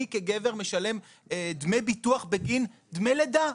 אני כגבר משלם דמי ביטוח בגין דמי לידה,